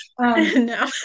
No